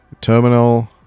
terminal